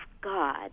God